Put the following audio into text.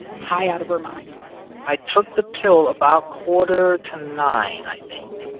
high out of her mind i took the pill about quarter to nine, i think.